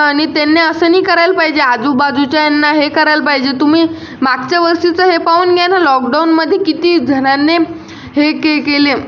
आणि त्यांनी असं नाही करायला पाहिजे आजूबाजूच्यांना हे करायला पाहिजे तुम्ही मागच्या वर्षीचं हे पाहून घ्या ना लॉकडाऊनमध्ये कितीजणांनी हे के केले